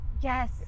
yes